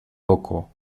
poco